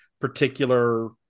particular